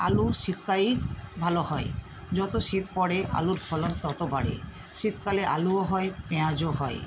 আলু শীতকালেই ভালো হয় যত শীত পরে আলুর ফলন তত বাড়ে শীতকালে আলুও হয় পেঁয়াজও হয়